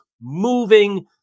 moving